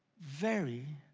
very,